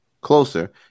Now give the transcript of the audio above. closer